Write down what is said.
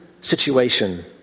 situation